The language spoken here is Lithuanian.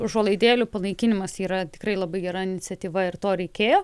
užuolaidėlių panaikinimas yra tikrai labai gera iniciatyva ir to reikėjo